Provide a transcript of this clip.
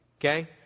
Okay